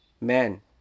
man